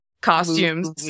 costumes